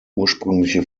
ursprüngliche